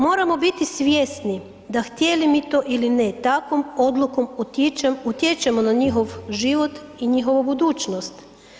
Moramo biti svjesni da htjeli mi to ili ne takvom odlukom utječemo na njihov život i njihovu budućnost.